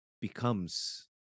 becomes